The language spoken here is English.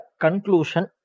conclusion